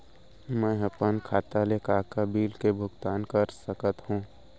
मैं ह अपन खाता ले का का बिल के भुगतान कर सकत हो